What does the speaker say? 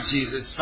Jesus